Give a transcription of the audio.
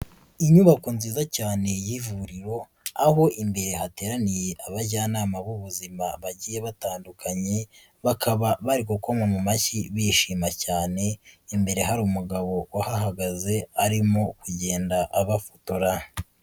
Inyubako nziza cyane y'ivuriro, aho imbere hateraniye abajyanama b'ubuzima bagiye batandukanye, bakaba bari gukoma mu mashyi bishima cyane, imbere hari umugabo uhahagaze arimo kugenda abafotora.